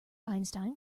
einstein